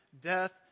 death